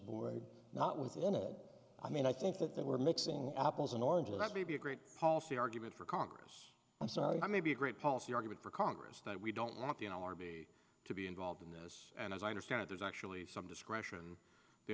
board not within it i mean i think that that we're mixing apples and oranges that may be a great policy argument for congress i'm sorry i may be a great policy argument for congress that we don't have to know or be to be involved in this and as i understand it there's actually some discretion